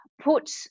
put